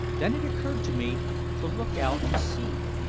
then it occurred to me to look out to sea,